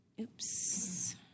Oops